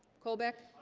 colbeck